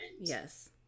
Yes